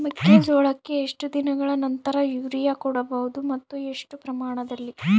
ಮೆಕ್ಕೆಜೋಳಕ್ಕೆ ಎಷ್ಟು ದಿನಗಳ ನಂತರ ಯೂರಿಯಾ ಕೊಡಬಹುದು ಮತ್ತು ಎಷ್ಟು ಪ್ರಮಾಣದಲ್ಲಿ?